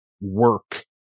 work